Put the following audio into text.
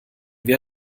wir